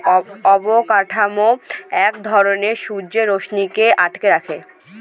অবকাঠামো এক ঘরে সূর্যের রশ্মিকে আটকে রাখে